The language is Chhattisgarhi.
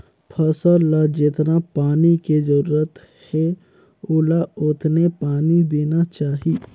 फसल ल जेतना पानी के जरूरत हे ओला ओतने पानी देना चाही